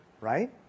Right